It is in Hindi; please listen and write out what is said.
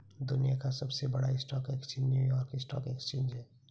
दुनिया का सबसे बड़ा stock exchange New York stock exchange है